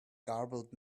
garbled